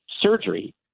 surgery